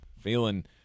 feeling